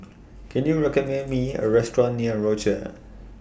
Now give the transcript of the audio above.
Can YOU recommend Me A Restaurant near Rochor